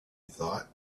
thought